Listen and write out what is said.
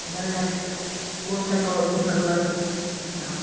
नहीं मतलब कौन सा कलर कौन सा कलर आप